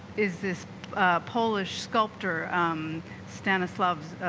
is this polish sculptor stanislavski